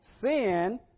sin